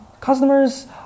Customers